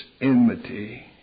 enmity